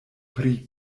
pri